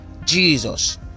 jesus